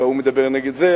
וההוא מדבר נגד זה.